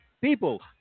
people